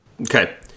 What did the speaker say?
okay